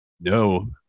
No